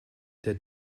der